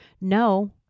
No